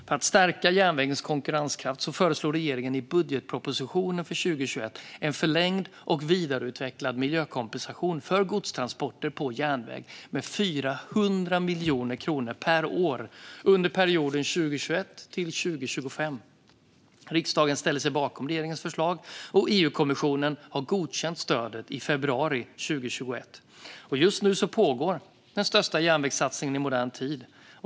För att stärka järnvägens konkurrenskraft föreslog regeringen i budgetpropositionen för 2021 en förlängd och vidareutvecklad miljökompensation för godstransporter på järnväg med 400 miljoner kronor per år under perioden 2021-2025. Riksdagen ställde sig bakom regeringens förslag, och EU-kommissionen godkände stödet i februari 2021. Just nu pågår den största järnvägssatsningen i modern tid.